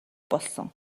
болсон